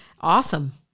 Awesome